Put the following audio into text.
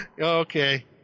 okay